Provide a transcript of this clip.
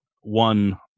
one